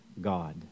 God